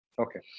okay